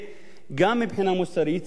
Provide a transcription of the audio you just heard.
גם מבחינה עניינית ופרקטית,